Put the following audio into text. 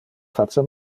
face